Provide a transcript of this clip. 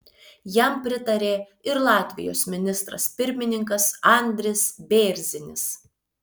jam pritarė ir latvijos ministras pirmininkas andris bėrzinis